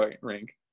rink